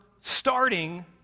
starting